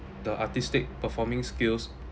the artistic performing skills